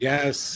Yes